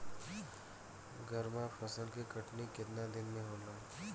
गर्मा फसल के कटनी केतना दिन में होखे?